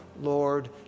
Lord